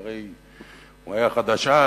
כי הרי הוא היה חדש אז,